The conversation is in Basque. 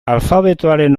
alfabetoaren